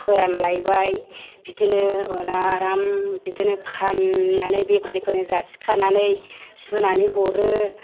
फोरानलायबाय बिदिनो उनाव आराम बिदिनो फाननानै बेफारिफोरनो जासिखानानै सुनानै हरो